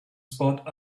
spot